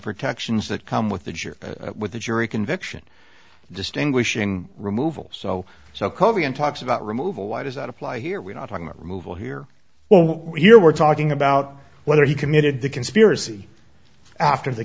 protections that come with the jury with the jury conviction distinguishing removal so so covered and talks about removal why does that apply here we're not talking about removal here well here we're talking about whether he committed the conspiracy after the